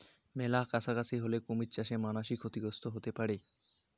মেলা কাছাকাছি হলে কুমির চাষে মানাসি ক্ষতিগ্রস্ত হতে পারে